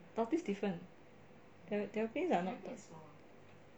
tortoise different terrapins are not tort~